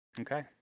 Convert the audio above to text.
Okay